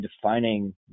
defining